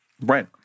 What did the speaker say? Right